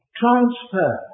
transfer